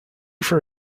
for